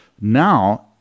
Now